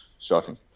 Shocking